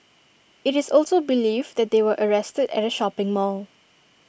IT is also believed that they were arrested at A shopping mall